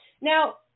Now